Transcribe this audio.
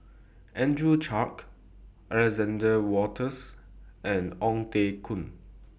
Andrew Clarke Alexander Wolters and Ong Teng Koon